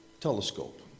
Telescope